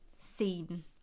seen